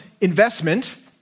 investment